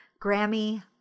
Grammy